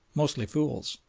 mostly fools,